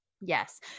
Yes